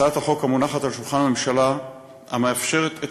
הצעת החוק המונחת על שולחן הממשלה מאפשרת את